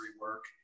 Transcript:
work